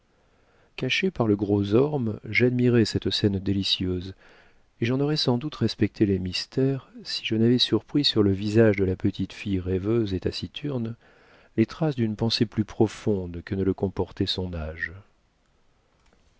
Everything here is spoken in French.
caché par le gros orme j'admirais cette scène délicieuse et j'en aurais sans doute respecté les mystères si je n'avais surpris sur le visage de la petite fille rêveuse et taciturne les traces d'une pensée plus profonde que ne le comportait son âge